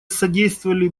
содействовали